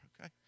okay